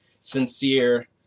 sincere